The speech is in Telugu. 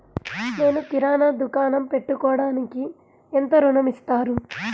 నేను కిరాణా దుకాణం పెట్టుకోడానికి ఎంత ఋణం ఇస్తారు?